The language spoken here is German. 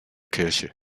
kirche